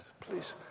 Please